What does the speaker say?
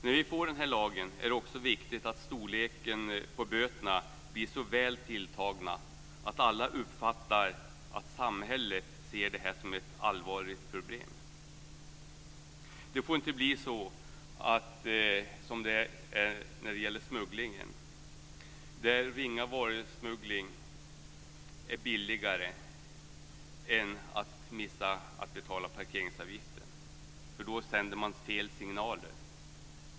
När vi nu får den här lagen är det också viktigt att böterna blir så väl tilltagna att alla uppfattar att samhället ser det här som ett allvarligt problem. Det får inte bli som när det gäller smugglingen, att ringa varusmuggling är billigare än att missa att betala parkeringsavgiften. Då sänder man fel signaler.